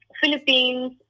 philippines